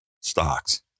stocks